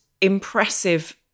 impressive